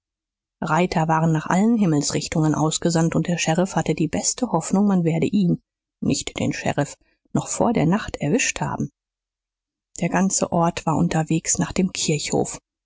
reiter waren nach allen himmelsrichtungen ausgesandt und der sheriff hatte die beste hoffnung man werde ihn nicht den sheriff noch vor der nacht erwischt haben der ganze ort war unterwegs nach dem kirchhof